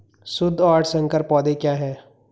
शुद्ध और संकर पौधे क्या हैं?